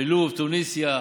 בלוב, בתוניסיה ובעיראק.